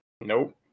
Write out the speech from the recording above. Nope